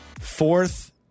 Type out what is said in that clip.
Fourth